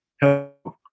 help